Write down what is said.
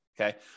Okay